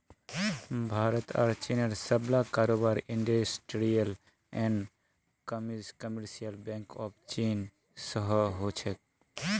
भारत आर चीनेर सबला कारोबार industrial and commercial bank of चीन स हो छेक